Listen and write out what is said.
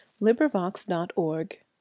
LibriVox.org